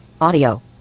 Audio